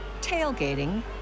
tailgating